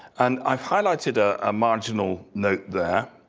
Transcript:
and i've highlighted ah a marginal note there,